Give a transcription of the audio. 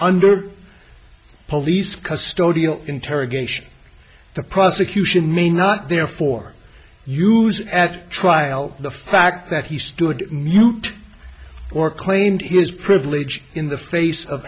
under police cars study interrogation the prosecution may not therefore use at trial the fact that he stood mute or claimed his privilege in the face of